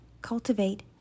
cultivate